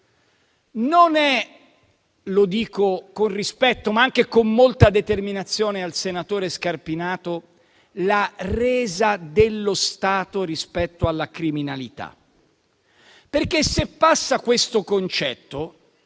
non è - lo dico con rispetto, ma anche con molta determinazione al senatore Scarpinato - la resa dello Stato rispetto alla criminalità. Se infatti passa questo concetto,